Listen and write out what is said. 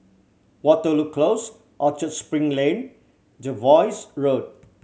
Waterloo Close Orchard Spring Lane Jervois Road